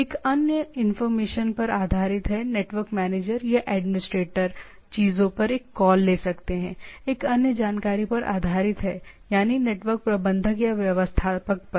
एक अन्य इंफॉर्मेशन पर आधारित है नेटवर्क मैनेजर या एडमिनिस्ट्रेटर चीजों पर एक कॉल ले सकते हैं एक अन्य जानकारी पर आधारित है यानी नेटवर्क प्रबंधक या व्यवस्थापक पर